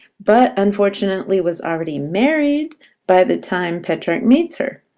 but unfortunately was already married by the time petrarch meets her.